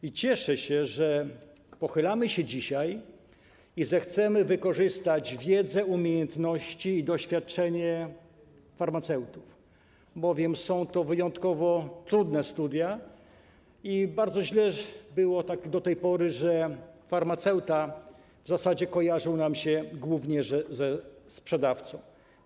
I cieszę się, że pochylamy się dzisiaj i zechcemy wykorzystać wiedzę, umiejętności i doświadczenie farmaceutów, bowiem są to wyjątkowo trudne studia i bardzo źle było do tej pory, że farmaceuta w zasadzie kojarzył nam się głównie ze sprzedawcą.